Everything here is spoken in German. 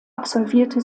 absolvierte